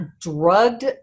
drugged